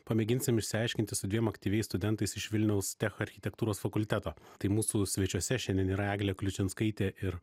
pamėginsim išsiaiškinti su dviem aktyviais studentais iš vilniaus tech architektūros fakulteto tai mūsų svečiuose šiandien yra eglė kliučinskaitė ir